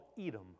Edom